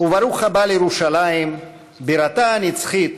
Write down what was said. וברוך הבא לירושלים, בירתה הנצחית